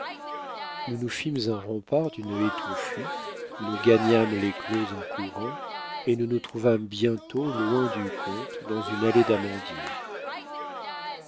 nous nous fîmes un rempart d'une haie touffue nous gagnâmes les clos en courant et nous nous trouvâmes bientôt loin du comte dans une allée d'amandiers